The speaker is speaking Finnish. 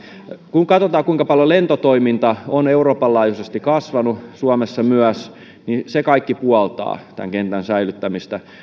kun katsotaan kuinka paljon lentotoiminta on euroopan laajuisesti kasvanut suomessa myös niin se kaikki puoltaa tämän kentän säilyttämistä